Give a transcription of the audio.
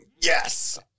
yes